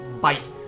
bite